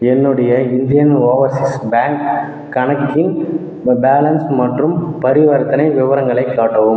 என்னுடைய Indian overseas bank கணக்கின் balance மற்றும் பரிவர்த்தனை விவரங்களை காட்டவும்